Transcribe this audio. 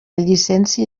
llicència